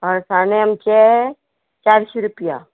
अळसाणें आमचे चारशी रुपया